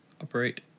operate